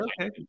Okay